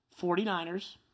49ers